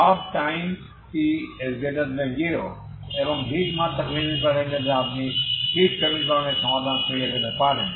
সব time t0 এর heat মাত্রা খুঁজে পেতে পারেন যাতে আপনি এই হিট সমীকরণের সমাধান খুঁজে পেতে পারেন